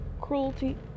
cruelty